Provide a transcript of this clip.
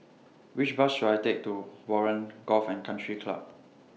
Which Bus should I Take to Warren Golf and Country Club